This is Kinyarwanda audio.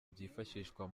byifashishwa